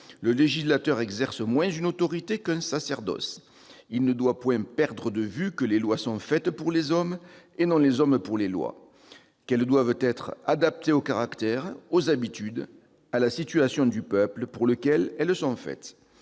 Le législateur exerce moins une autorité qu'un sacerdoce. Il ne doit point perdre de vue que les lois sont faites pour les hommes et non les hommes pour les lois, qu'elles doivent être adaptées au caractère, aux habitudes, à la situation du peuple pour lequel elles sont faites